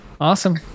Awesome